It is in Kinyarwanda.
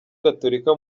gatolika